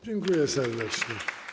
Dziękuję serdecznie.